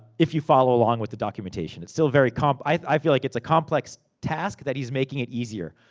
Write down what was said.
if you follow along with the documentation. it's still very comp. i feel like it's a complex task, that he's making it easier.